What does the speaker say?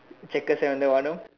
Jacker seventy wanna